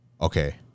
Okay